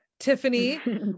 tiffany